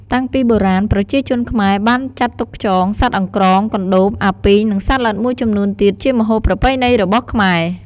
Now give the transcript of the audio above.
តាំងពីបុរាណប្រជាជនខ្មែរបានចាត់ទុកខ្យង សត្វអង្រ្កង កន្តូប អាពីង និងសត្វល្អិតមួយចំនួនទៀតជាម្ហូបប្រពៃណីរបស់ខ្មែរ។